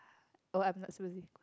oh I'm not supposed